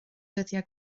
dyddiau